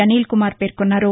అనిల్ కుమార్ పేర్కొన్నారు